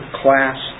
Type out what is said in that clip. class